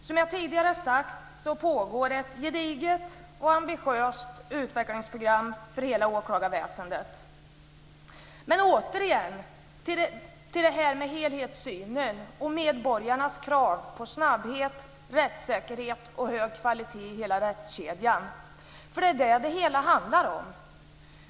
Som jag tidigare sagt pågår ett gediget och ambitiöst utvecklingsprogram för hela åklagarväsendet. Men återigen till detta med helhetssynen och medborgarnas krav på snabbhet, rättssäkerhet och hög kvalitet i hela rättskedjan. För det är vad det hela handlar om.